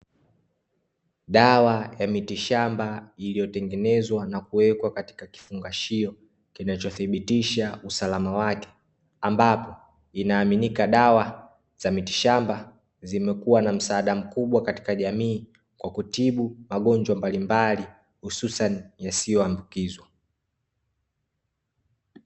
Dawa ya mitishamba iliyotengenezwa na kuwekwa katika kifungashio kinachothibitisha usalama wake ambapo inaaminika dawa za mitishamba zimekuwa na msaada mkubwa katika jamii kwa kutibu magonjwa mbalimbali hususani yasiyoambukizwa.